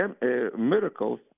miracles